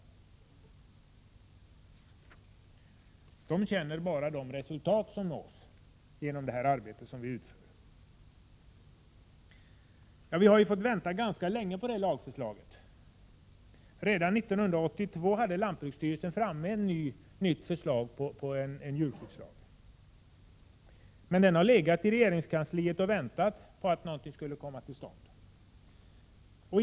Djuren märker bara av de resultat som uppnås genom detta arbete. Vi har fått vänta ganska länge på detta lagförslag. Redan 1982 lade lantbruksstyrelsen fram ett förslag till ny djurskyddslag. Men detta förslag har legat i regeringskansliet och väntat på att något skulle komma till stånd.